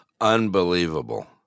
Unbelievable